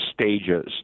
stages